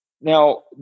now